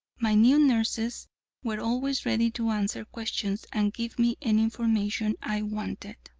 my new nurses were always ready to answer questions and give me any information i wanted.